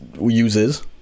uses